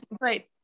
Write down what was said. right